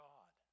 God